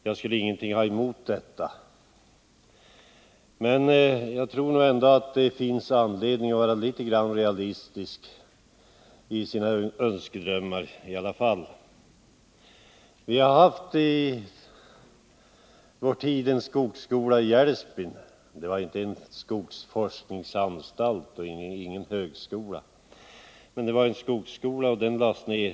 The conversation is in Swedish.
Jag skulle inte ha något emot det. Men jag tror att det ändå finns anledning att vara litet grand realistisk i sina önskedrömmar. Vi har i vår tid haft en skogsskola i Älvsbyn. Det var inte en skogsforskningsanstalt och inte en högskola, men det var en skogsskola och den lades ned.